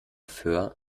föhr